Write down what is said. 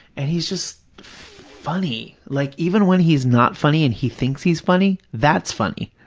and he's just funny. like, even when he's not funny and he thinks he's funny, that's funny.